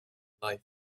life